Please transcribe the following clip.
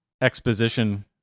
exposition